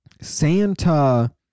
Santa